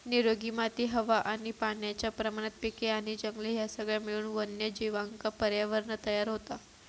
निरोगी माती हवा आणि पाण्याच्या प्रमाणात पिके आणि जंगले ह्या सगळा मिळून वन्यजीवांका पर्यावरणं तयार होता